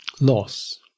Loss